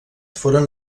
foren